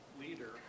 leader